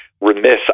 remiss